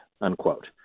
unquote